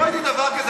לא ראיתי דבר כזה,